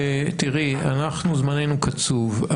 זמננו קצוב,